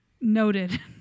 noted